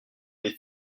des